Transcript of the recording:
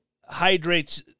hydrates